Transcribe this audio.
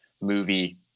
movie